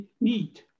need